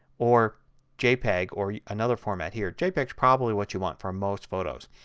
or jpeg or another format here. jpeg is probably what you want for most photos.